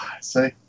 see